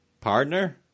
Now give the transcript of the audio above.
Partner